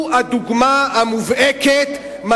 הוא דוגמה מובהקת לסיבה,